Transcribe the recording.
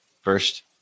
First